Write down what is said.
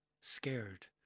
scared